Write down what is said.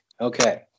Okay